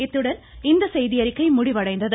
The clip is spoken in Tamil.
இத்துடன் இந்த செய்தியறிக்கை முடிவடைந்தது